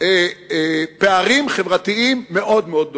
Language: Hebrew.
פערים חברתיים גדולים מאוד.